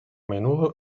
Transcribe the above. menudo